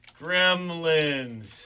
Gremlins